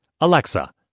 Alexa